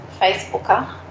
Facebooker